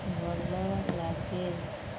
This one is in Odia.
ଭଲ ଲାଗେ